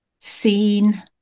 seen